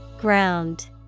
Ground